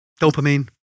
dopamine